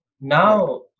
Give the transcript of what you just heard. Now